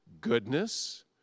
goodness